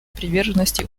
приверженности